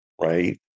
right